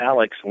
Alex